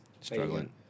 Struggling